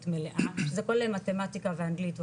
מלאה שזה כולל מתמטיקה ואנגלית וכו',